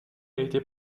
été